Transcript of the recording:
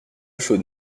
chaude